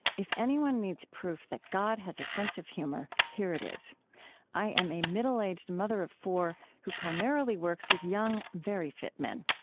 if anyone needs proof that god has a sense of humor, here it is i am a middle-aged mother of four who primarily works with young, very fit men.